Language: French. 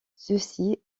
ceci